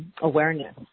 Awareness